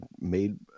made